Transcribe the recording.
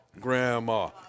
grandma